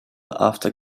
after